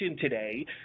today